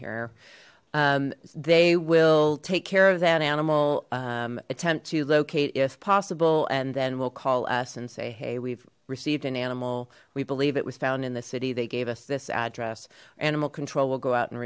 here they will take care of that animal attempt to locate if possible and then will call us and say hey we've received an animal we believe it was found in the city they gave us this address animal control will go out and